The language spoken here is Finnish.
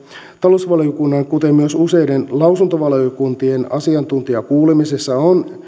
talousvaliokunnan kuten myös useiden lausuntovaliokuntien asiantuntijakuulemisessa on